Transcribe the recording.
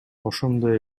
ошондой